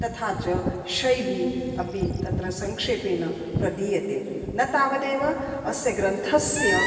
तथा च शैली अपि तत्र संक्षेपेण प्रदीयते न तावदेव अस्य ग्रन्थस्य